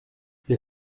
les